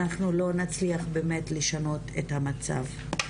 אנחנו לא נצליח באמת לשנות את המצב.